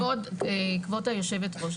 כבוד היו"ר,